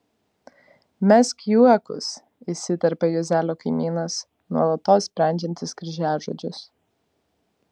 mesk juokus įsiterpia juozelio kaimynas nuolatos sprendžiantis kryžiažodžius